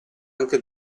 anche